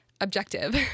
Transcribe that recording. objective